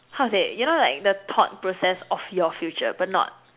how to say you know like the thought process of your future but not